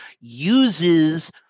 uses